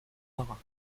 marin